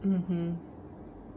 mmhmm